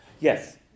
Yes